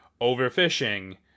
overfishing